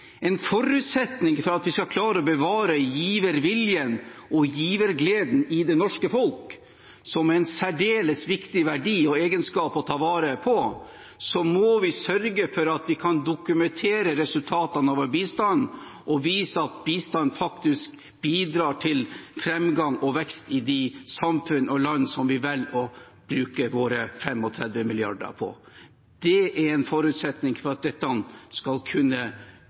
En forutsetning for at vi skal klare å bevare giverviljen og givergleden i det norske folk, som er en særdeles viktig verdi og egenskap å ta vare på, er at vi kan dokumentere resultatene av vår bistand og vise at bistand faktisk bidrar til framgang og vekst i de samfunn og land som vi velger å bruke våre 35 mrd. kr på. Det er en forutsetning for at dette skal kunne